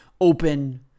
open